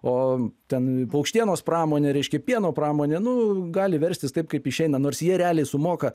o ten paukštienos pramonė reiškia pieno pramonė nu gali verstis taip kaip išeina nors jie realiai sumoka